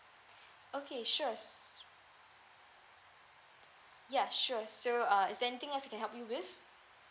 okay sure ya sure so uh is there anything else I can help you with